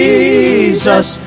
Jesus